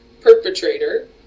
perpetrator